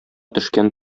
төшкән